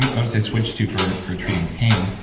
and um say switched to for for treating pain,